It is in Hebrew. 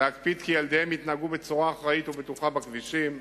להקפיד כי ילדיהם יתנהגו בצורה אחראית ובטוחה בכבישים.